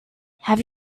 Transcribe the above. have